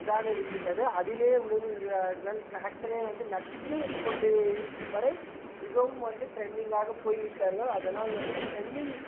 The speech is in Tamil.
இதாக இருக்கின்றது அதிலே உழவுகிறார்கள் டிராக்டரிலேயே வந்து நட்டு கொண்டு இருக்கும் வரை மிகவும் வந்து டிரெண்டிங்காக போய் விட்டார்கள் அதனால் வந்து டிரெண்டிங்